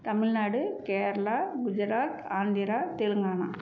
Tamil Nadu Kerala Gujarat Andhra Telangana